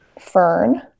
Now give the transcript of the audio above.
Fern